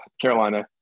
Carolina